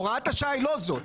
הוראת השעה היא לא זאת.